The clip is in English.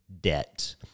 debt